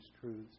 truths